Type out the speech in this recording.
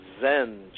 Zen